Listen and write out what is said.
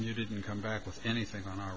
you didn't come back with anything on